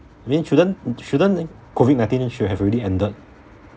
I mean shouldn't shouldn't COVID nineteen should have already ended